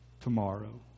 Tomorrow